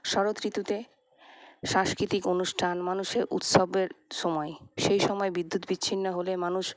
শরৎ ঋতুতে সাংস্কৃতিক অনুষ্ঠান মানুষের উৎসবের সময় সেইসময় বিদ্যুৎ বিচ্ছিন্ন হলে মানুষ